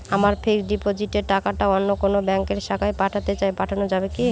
আমার ফিক্সট ডিপোজিটের টাকাটা অন্য কোন ব্যঙ্কের শাখায় পাঠাতে চাই পাঠানো যাবে কি?